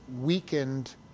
weakened